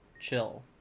chill